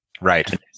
Right